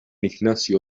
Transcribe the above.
ignacio